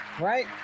right